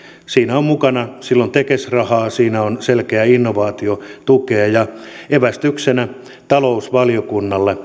siinä on mukana silloin tekes rahaa siinä on selkeää innovaatiotukea ja evästyksenä talousvaliokunnalle